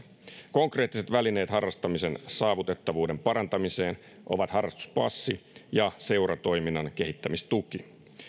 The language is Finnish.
konkreettiset välineet harrastamisen saavutettavuuden parantamiseen ovat harrastuspassi ja seuratoiminnan kehittämistuki